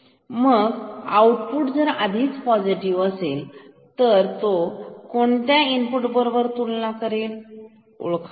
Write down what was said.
मग आउटपुट जर आधीच पॉझिटिव्ह असेल तर तो कोणत्या इनपुट बरोबर तुलना करेल ओळखा पाहू